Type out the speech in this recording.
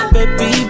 Baby